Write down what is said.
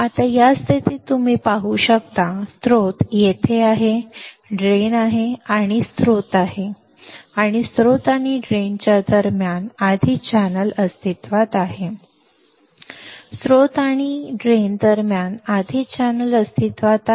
आता या स्थितीत तुम्ही पाहू शकता स्त्रोत येथे आहे ड्रेन येथे आहे आणि तेथे स्त्रोत आणि ड्रेन च्या दरम्यान आधीच चॅनेल अस्तित्वात आहे स्त्रोत आणि ड्रेन दरम्यान आधीच चॅनेल अस्तित्वात आहे